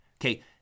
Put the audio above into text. Okay